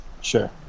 sure